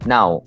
Now